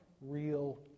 real